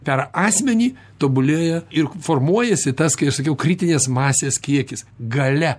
per asmenį tobulėja ir formuojasi tas kai aš sakiau kritinės masės kiekis galia